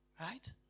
Right